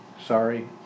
sorry